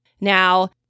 Now